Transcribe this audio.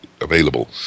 available